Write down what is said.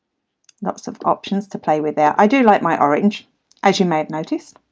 lots of options to play with there. i do like my orange as you may have noticed.